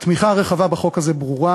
התמיכה הרחבה בחוק הזה ברורה,